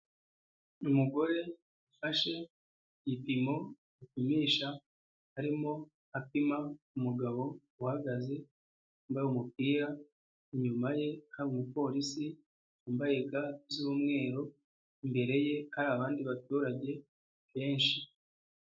Umugore ufashe igipimo bapimisha, arimo apima umugabo uhagaze wambaye umupira, inyuma ye hari umupolisi wambaye ga z'umweru, imbere ye hari abandi baturage benshi.